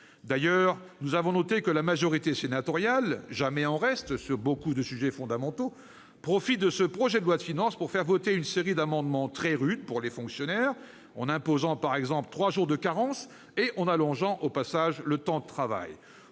D'ailleurs, nous avons noté que la majorité sénatoriale, jamais en reste sur de nombreux sujets fondamentaux, profite de ce projet de loi de finances pour faire voter une série d'amendements très rudes pour les fonctionnaires, en imposant, par exemple, trois jours de carence et en allongeant au passage le temps de travail.